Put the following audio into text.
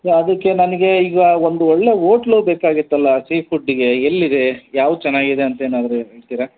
so ಅದಕ್ಕೆ ನನಗೆ ಈಗ ಒಂದು ಒಳ್ಳೆಯ ಓಟ್ಲು ಬೇಕಾಗಿತ್ತಲ್ಲ ಸೀ ಫುಡ್ಡಿಗೆ ಎಲ್ಲಿದೆ ಯಾವ್ದು ಚೆನ್ನಾಗಿದೆ ಅಂತೇನಾದರು ಹೇಳ್ತೀರಾ